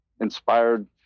inspired